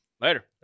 later